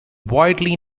widely